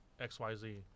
xyz